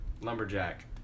Lumberjack